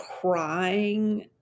crying